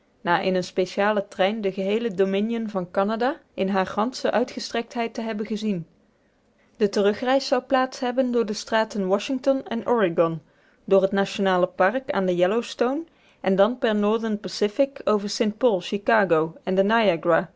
na in een specialen trein de geheele dominion van canada in hare gansche uitgestrektheid te hebben gezien de terugreis zou plaats hebben door de straaten washington en oregon door het nationale park aan de yellowstone en dan per northern pacific over st paul chicago en de